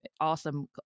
awesome